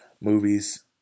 movies